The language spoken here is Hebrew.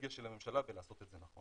האנרגיה של הממשלה ולעשות את זה נכון.